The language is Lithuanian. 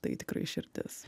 tai tikrai širdis